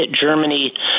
Germany